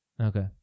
Okay